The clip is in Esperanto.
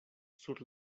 sur